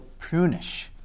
prunish